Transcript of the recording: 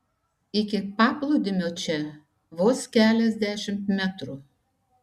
iki paplūdimio čia vos keliasdešimt metrų